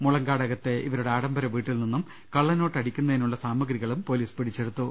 മുളങ്കാടകത്തെ ഇവരുടെ ആഡംബര വീട്ടിൽ നിന്നും കള്ളനോട്ട് അടിക്കുന്നതിനുള്ള സാമഗ്രികളും പൊലീസ് പിടിച്ചെടുത്തു